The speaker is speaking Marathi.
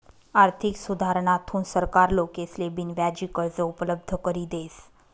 आर्थिक सुधारणाथून सरकार लोकेसले बिनव्याजी कर्ज उपलब्ध करी देस